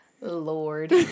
Lord